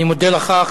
אני מודה לך.